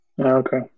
Okay